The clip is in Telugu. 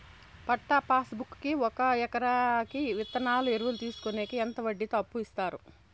పట్టా పాస్ బుక్ కి ఒక ఎకరాకి విత్తనాలు, ఎరువులు తీసుకొనేకి ఎంత వడ్డీతో అప్పు ఇస్తారు?